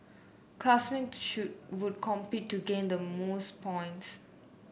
classmates should would compete to gain the most points